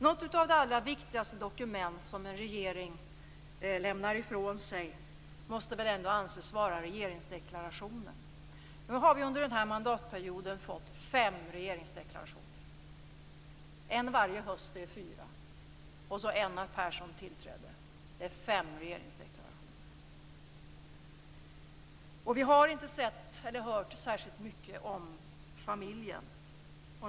Något av det allra viktigaste dokument som en regering lämnar ifrån sig måste väl ändå anses vara regeringsdeklarationen. Nu har vi under den här mandatperioden fått fem regeringsdeklarationer. En varje höst - det är fyra. Och så en när Persson tillträdde. Det är fem regeringsdeklarationer. Vi har inte sett eller hört särskilt mycket om familjen.